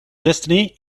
destiny